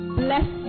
bless